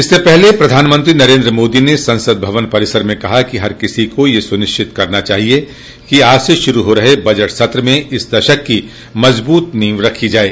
इससे पहले प्रधानमंत्री नरेन्द्र मोदी ने संसद भवन परिसर में कहा कि हर किसी को यह सुनिश्चित करना चाहिए कि आज से शुरू हो रहे बजट सत्र में इस दशक की मजबूत नींव रखी जाये